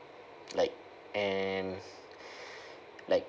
like and like